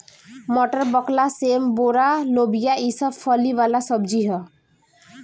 मटर, बकला, सेम, बोड़ा, लोबिया ई सब फली वाला सब्जी ह